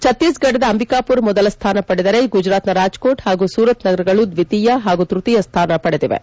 ಛತ್ತೀಸ್ಗಢದ ಅಂಬಿಕಾಪುರ್ ಮೊದಲ ಸ್ತಾನ ಪಡೆದಿದ್ದರೆ ಗುಜರಾತ್ನ ರಾಜ್ಕೋಟ್ ಹಾಗೂ ಸೂರತ್ ನಗರಗಳು ದ್ಲಿತೀಯ ಹಾಗೂ ತ್ವತೀಯ ಸ್ಡಾನ ಪಡೆದಿವೆ